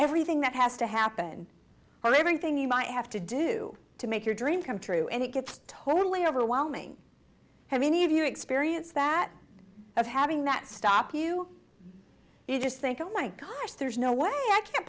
everything that has to happen or everything you might have to do to make your dream come true and it gets totally overwhelming have any of you experienced that of having that stop you just think oh my gosh there's no way i can